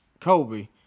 Kobe